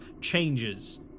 changes